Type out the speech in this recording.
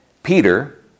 Peter